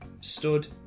stood